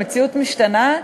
המציאות משתנה.